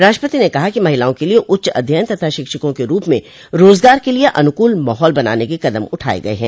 राष्ट्रपति ने कहा कि महिलाओं के लिए उच्च अध्ययन तथा शिक्षकों के रूप में रोजगार के लिए अनुकूल माहौल बनाने के कदम उठाये गये हैं